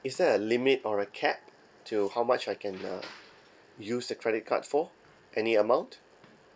is there a limit or a cap to how much I can uh use the credit card for any amount